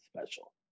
special